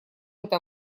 это